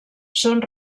són